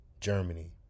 Germany